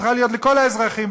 צריך להיות לכל האזרחים,